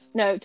no